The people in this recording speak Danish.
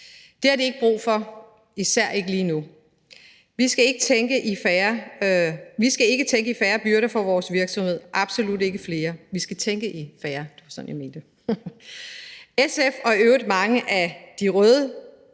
Det har de ikke brug for, især ikke lige nu. Vi skal ikke tænke i flere byrder for vores virksomheder, absolut ikke, vi skal tænke i færre. SF og i øvrigt mange af de røde